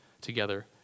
together